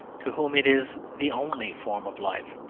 to whom it is the only form of life.